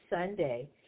Sunday